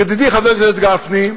ידידי חבר הכנסת גפני,